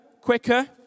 quicker